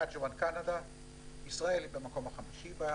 ישראל היא במקום החמישי.